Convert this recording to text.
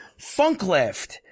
Funklift